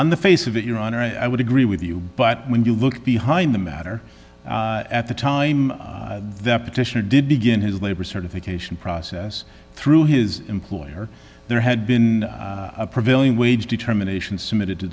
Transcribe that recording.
on the face of it your honor i would agree with you but when you look behind the matter at the time the petitioner did begin his labor certification process through his employer there had been a prevailing wage determination submitted t